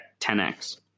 10x